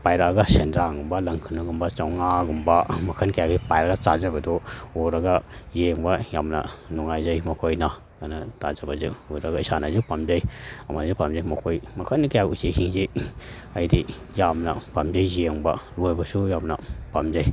ꯄꯥꯏꯔꯛꯑꯒ ꯁꯦꯟꯗ꯭ꯔꯥꯡꯒꯨꯝꯕ ꯂꯪꯈꯨꯅꯨꯒꯨꯝꯕ ꯆꯣꯉꯥꯒꯨꯝꯕ ꯃꯈꯟ ꯀꯌꯥꯁꯤ ꯄꯥꯏꯔꯛꯑꯒ ꯆꯥꯖꯕꯗꯣ ꯎꯔꯒ ꯌꯦꯡꯕ ꯌꯥꯝꯅ ꯅꯨꯡꯉꯥꯏꯖꯩ ꯃꯈꯣꯏꯅ ꯀꯩꯅꯣ ꯇꯥꯖꯕꯁꯦ ꯎꯔꯒ ꯏꯁꯥꯅꯁꯨ ꯄꯥꯝꯖꯩ ꯑꯃꯁꯨ ꯄꯥꯝꯖꯩ ꯃꯈꯣꯏ ꯃꯈꯟ ꯀꯌꯥ ꯎꯆꯦꯛꯁꯤꯡꯁꯤ ꯑꯩꯗꯤ ꯌꯥꯝꯅ ꯄꯥꯝꯖꯩ ꯌꯦꯡꯕ ꯂꯣꯏꯕꯁꯨ ꯌꯥꯝꯅ ꯄꯥꯝꯖꯩ